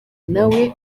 nawe